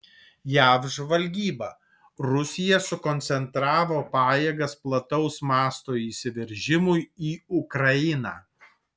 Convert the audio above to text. jav žvalgyba rusija sukoncentravo pajėgas plataus mąsto įsiveržimui į ukrainą